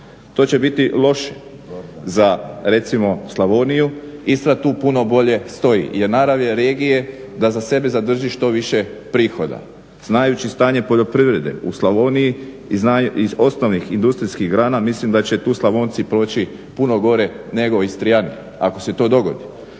To će biti loše za recimo Slavoniju. Istra tu puno bolje stoji jer narav je regije da za sebe zadrži što više prihoda. Znajući stanje poljoprivrede u Slavoniji i iz ostalih industrijskih grana mislim da će tu Slavonci proći puno gore nego Istrijani ako se to dogodi.